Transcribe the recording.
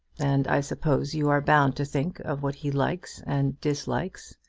and i suppose you are bound to think of what he likes and dislikes.